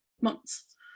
months